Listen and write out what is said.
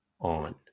on